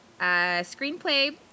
screenplay